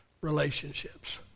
relationships